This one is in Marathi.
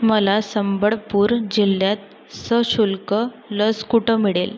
मला संबळपूर जिल्ह्यात सशुल्क लस कुठं मिळेल